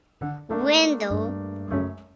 window